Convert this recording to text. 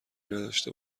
نداشته